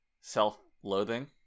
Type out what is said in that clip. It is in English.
self-loathing